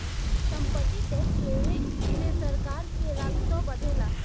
सम्पत्ति टैक्स लेवे से सरकार के राजस्व बढ़ेला